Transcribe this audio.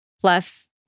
plus